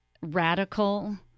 radical